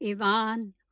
Ivan—